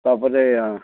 ତା'ପରେ